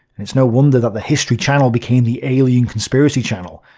it's no wonder the history channel became the alien conspiracy channel.